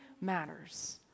matters